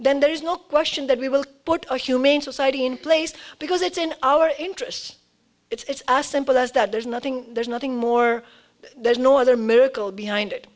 then there is no question that we will put a humane society in place because it's in our interest it's as simple as that there's nothing there's nothing more there's no other miracle behind it